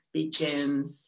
begins